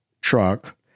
truck